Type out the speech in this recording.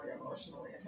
emotionally